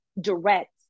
direct